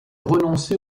renoncé